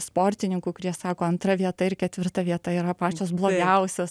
sportininkų kurie sako antra vieta ir ketvirta vieta yra pačios blogiausios